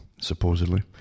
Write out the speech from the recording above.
supposedly